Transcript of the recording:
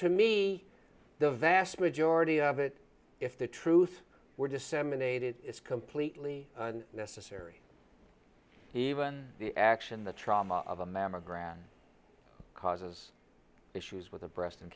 to me the vast majority of it if the truth were disseminated is completely necessary even the action the trauma of a mammogram causes issues with the breast